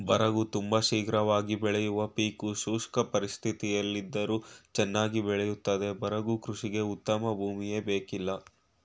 ಬರಗು ತುಂಬ ಶೀಘ್ರವಾಗಿ ಬೆಳೆಯುವ ಪೀಕು ಶುಷ್ಕ ಪರಿಸ್ಥಿತಿಯಿದ್ದರೂ ಚನ್ನಾಗಿ ಬೆಳಿತದೆ ಬರಗು ಕೃಷಿಗೆ ಉತ್ತಮ ಭೂಮಿಯೇ ಬೇಕಿಲ್ಲ